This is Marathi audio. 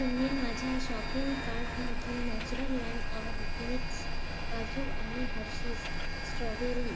तुम्ही माझ्या शॉपिंग कार्टमधून नॅचरललँड ऑरगॅनिक्स काजू आणि हर्षीस स्ट्रॉबेरी